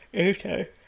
okay